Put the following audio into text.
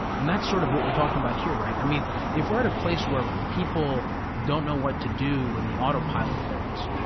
and that's sort of what we're talking about here. i mean if we're at a place where people don't know what to do when the autopilot fails,